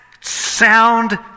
sound